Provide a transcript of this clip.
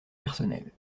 personnelle